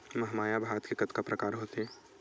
महमाया भात के कतका प्रकार होथे?